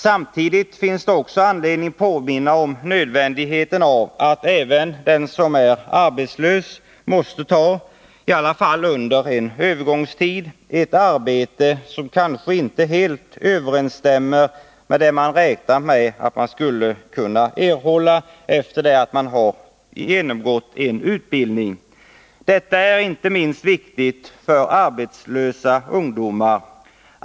Samtidigt finns det anledning att påminna om nödvändigheten av att även den som är arbetslös måste — i alla fall under en övergångstid — ta ett arbete som kanske inte helt överensstämmer med det vederbörande räknat med att kunna erhålla efter genomgången utbildning. Detta är inte minst viktigt för arbetslösa ungdomar.